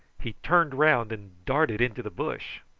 he turned round and darted into the bush.